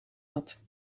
had